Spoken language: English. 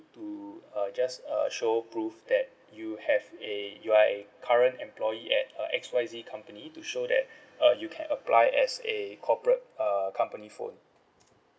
to uh just uh show proof that you have a you are a current employee at uh X Y Z company to show that uh you can apply as a corporate err company phone